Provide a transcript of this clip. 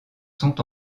sont